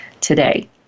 today